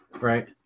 Right